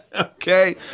okay